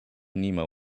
nemo